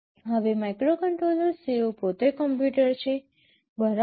હવે માઇક્રોકન્ટ્રોલર્સ તેઓ પોતે કમ્પ્યુટર છે બરાબર